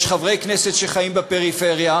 יש חברי כנסת שחיים בפריפריה.